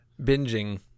binging